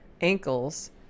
ankles